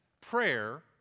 prayer